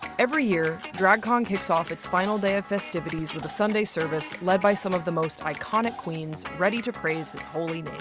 every year, drag con kicks off its final day of festivities with a sunday service led by some of the most iconic queens, ready to praise his holy name.